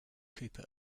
cooper